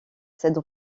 cette